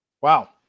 Wow